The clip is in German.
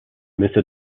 müsse